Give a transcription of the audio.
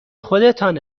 خودتان